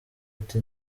ati